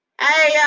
hey